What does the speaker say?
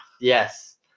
Yes